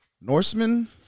Norseman